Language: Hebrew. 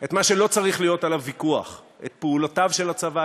את מה שלא צריך להיות עליו ויכוח: את פעולותיו של הצבא,